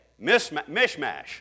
mishmash